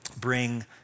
bring